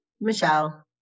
Michelle